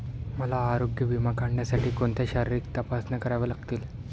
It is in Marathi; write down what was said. मला आरोग्य विमा काढण्यासाठी कोणत्या शारीरिक तपासण्या कराव्या लागतील?